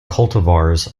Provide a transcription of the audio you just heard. cultivars